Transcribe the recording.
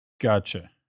Gotcha